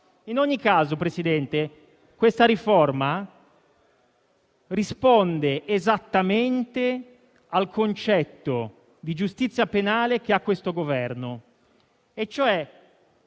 In ogni caso, signor Presidente, la riforma risponde esattamente al concetto di giustizia penale che ha questo Governo, che